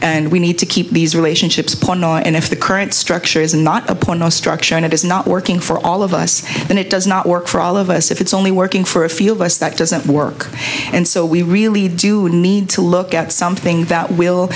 and we need to keep these relationships and if the current structure is not a point of structure and it is not working for all of us and it does not work for all of us if it's only working for a field us that doesn't work and so we really do need to look at something that will